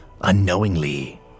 unknowingly